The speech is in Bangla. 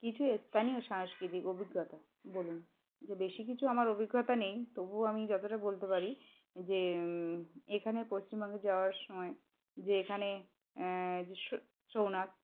কিছু স্থানীয় সাংস্কৃতিক অভিজ্ঞতা বলুন যে বেশি কিছু আমার অভিজ্ঞতা নেই তবুও আমি যতটা বলতে পারি যে এখানে পশ্চিমবঙ্গে যাওয়ার সময় যে এখানে যে স ছৌনাচ